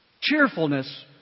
Cheerfulness